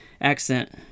accent